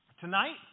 Tonight